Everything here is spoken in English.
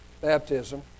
baptism